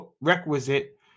requisite